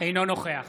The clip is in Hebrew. אינו נוכח